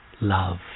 love